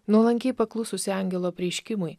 nuolankiai paklususi angelo apreiškimui